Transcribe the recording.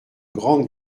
grande